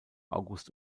august